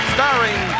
Starring